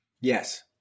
Yes